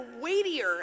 weightier